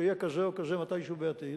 שיהיה כזה או כזה מתישהו בעתיד,